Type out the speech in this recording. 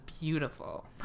beautiful